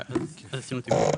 יש לנו תיקון ב-(ו).